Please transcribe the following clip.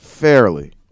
Fairly